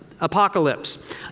apocalypse